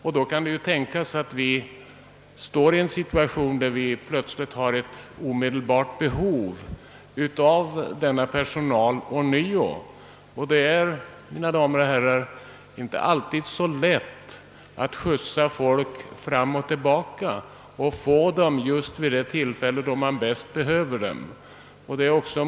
Det kan emellertid tänkas att vi kommer i en situation där vi plötsligt ånyo har ett omedelbart behov av denna personal, och det är inte alltid så lätt, mina damer och herrar, att få tillbaka folk, som man skjutsat fram och tillbaka, då man bäst behöver dem.